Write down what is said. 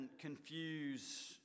confuse